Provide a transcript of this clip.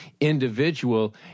individual